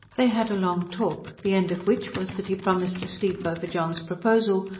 they had a long talk, the end of which was that he promised to sleep over john's proposal,